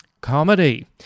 comedy